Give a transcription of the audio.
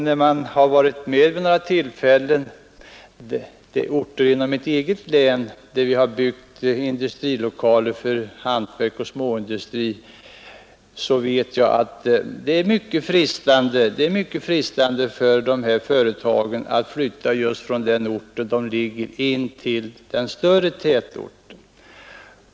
Jag har varit med vid några tillfällen på de orter i mitt eget län där man har byggt industrilokaler för företag inom hantverk och småindustri, och jag vet att det är mycket frestande för dessa företag att flytta från den ort där de ligger och till en större tätort.